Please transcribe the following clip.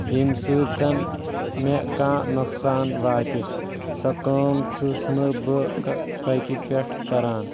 ییٚمہِ سۭتۍ زن مےٚ کانٛہہ نۄقصان واتہِ سۄ کٲم چھُس نہٕ بہٕ بایٚکہِ پٮ۪ٹھ کران